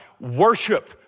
worship